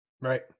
Right